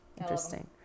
interesting